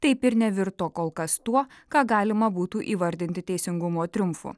taip ir nevirto kol kas tuo ką galima būtų įvardinti teisingumo triumfu